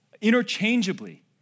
interchangeably